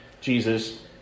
Jesus